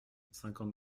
cinquante